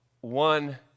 one